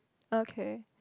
okay